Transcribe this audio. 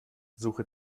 suche